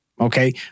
Okay